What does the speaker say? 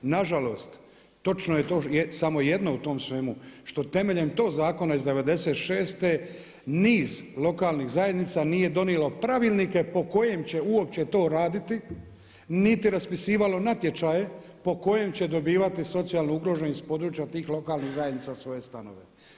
Na žalost točno je to samo jedno u tom svemu što temeljem tog zakona iz '96. niz lokalnih zajednica nije donijelo pravilnike po kojem će uopće to raditi, niti raspisivalo natječaje po kojem će dobivati socijalno ugroženi s područja tih lokalnih zajednica svoje stanove.